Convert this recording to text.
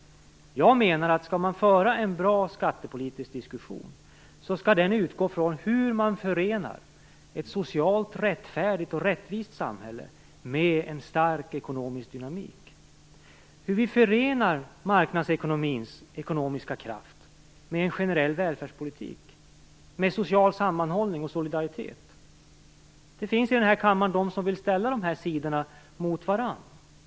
Jag menar att skall man föra en bra skattepolitisk diskussion skall den utgå från hur man förenar ett socialt rättfärdigt och rättvist samhälle med en stark ekonomisk dynamik, hur vi förenar marknadsekonomins ekonomiska kraft med en generell välfärdspolitik, med social sammanhållning och solidaritet. Det finns i den här kammaren de som vill ställa de här sidorna mot varandra.